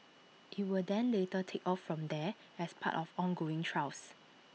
IT will then later take off from there as part of ongoing trials